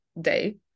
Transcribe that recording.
day